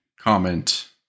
comment